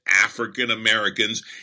African-Americans